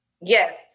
Yes